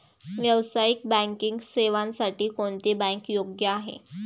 व्यावसायिक बँकिंग सेवांसाठी कोणती बँक योग्य आहे?